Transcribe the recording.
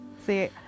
See